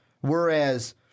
whereas